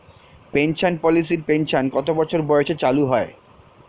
Pension পলিসির pension কত বছর বয়সে চালু হয়?